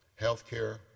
Healthcare